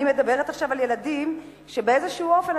אני מדברת עכשיו על ילדים שבאיזשהו אופן,